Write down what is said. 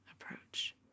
approach